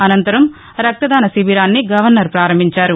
అనంతరం రక్తదాన శిబిరాన్ని గవర్నర్ ప్రారంభించారు